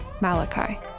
Malachi